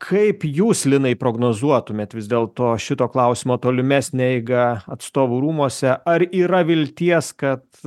kaip jūs linai prognozuotumėt vis dėlto šito klausimo tolimesnę eigą atstovų rūmuose ar yra vilties kad